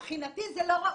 מבחינתי זה לא ראוי.